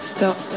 Stop